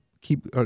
keep